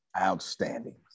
Outstanding